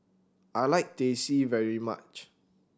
I like Teh C very much